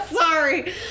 sorry